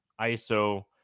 ISO